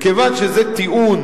וכיוון שזה טיעון